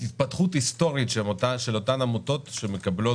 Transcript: להתפתחות היסטורית של אותן עמותות שמקבלות